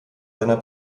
seiner